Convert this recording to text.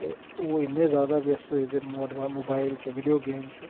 ते ओह् इन्ने ज्यादा व्यस्त होई गेदे मोबाइल च विडियो गेम च